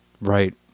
Right